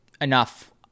enough